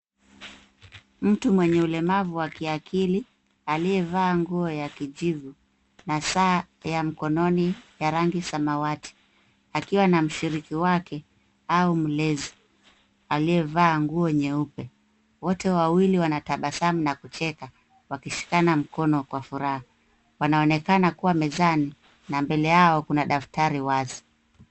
Mtu mwenye ulemavu wa kiakili, aliyevaa nguo ya kijivu na saa ya mkononi ya rangi samawati, akiwa na mshiriki wake au mlezi aliyevaa nguo nyeupe. Wote wawili wanatabasamu na kucheka wakishikana mkono kwa furaha. Wanaonekana kuwa mezani na mbele yao kuna daftari wazi.